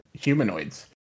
humanoids